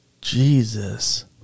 Jesus